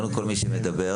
הבעיה היא תמיד,